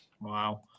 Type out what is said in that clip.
wow